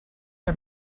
are